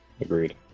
Agreed